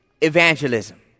evangelism